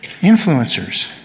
Influencers